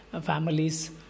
families